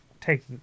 take